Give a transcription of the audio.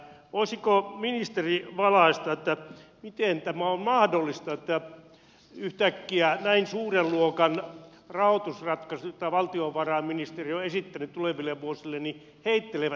voisiko ministeri valaista miten tämä on mahdollista että yhtäkkiä näin suuren luokan rahoitusratkaisussa jota valtiovarainministeriö on esittänyt tuleville vuosille heittelevät nämä luvut